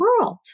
world